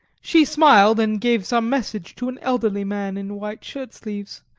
she smiled, and gave some message to an elderly man in white shirt-sleeves,